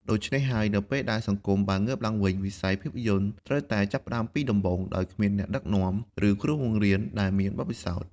ដូច្នេះហើយ នៅពេលដែលសង្គមបានងើបឡើងវិញ វិស័យភាពយន្តត្រូវតែចាប់ផ្តើមពីដំបូង ដោយគ្មានអ្នកណែនាំ ឬគ្រូបង្រៀនដែលមានបទពិសោធន៍។